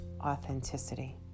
authenticity